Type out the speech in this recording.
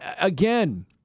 again